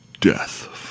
death